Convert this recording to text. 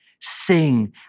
sing